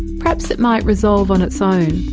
perhaps it might resolve on its own.